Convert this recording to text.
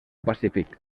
pacífic